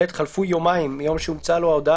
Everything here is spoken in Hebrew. (ב)חלפו יומיים מיום שהומצאה לו ההודעה